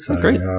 Great